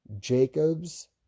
Jacobs